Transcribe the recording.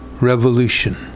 Revolution